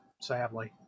sadly